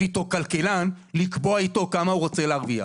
איתו כלכלן כדי לקבוע איתו כמה הוא רוצה להרוויח.